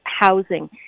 housing